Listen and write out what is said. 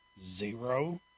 zero